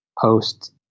post